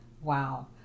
wow